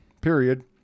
period